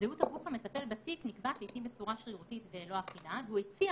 זהות הגוף המטפל בתיק נקבע לעיתים בצורה שרירותית ולא אחידה והוא הציע